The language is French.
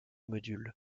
modules